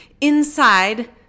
inside